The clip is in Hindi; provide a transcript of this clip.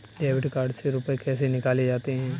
डेबिट कार्ड से रुपये कैसे निकाले जाते हैं?